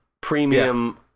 premium